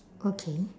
okay